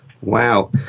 Wow